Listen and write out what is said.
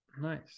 nice